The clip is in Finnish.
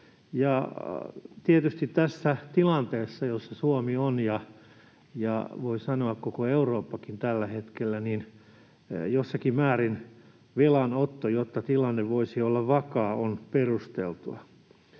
tietysti tässä tilanteessa, jossa Suomi on ja, voi sanoa, koko Eurooppakin tällä hetkellä, jossakin määrin velanotto, jotta tilanne voisi olla vakaa, on perusteltua.